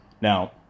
Now